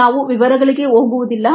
ನಾವು ವಿವರಗಳಿಗೆ ಹೋಗವುದಿಲ್ಲ